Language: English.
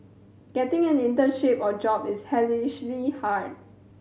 getting an internship or job is hellishly hard